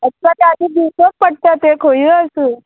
extra charges दिवचेच पडटा तें खंयूय आसूं